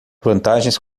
vantagens